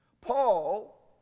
Paul